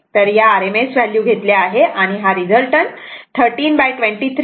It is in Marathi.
तर इथे RMS व्हॅल्यू घेतल्या आहेत आणि हा रिझल्टटन्ट आहे हे 13